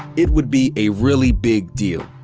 it would be a really big deal.